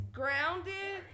grounded